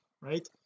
right